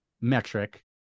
metric